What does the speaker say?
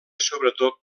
sobretot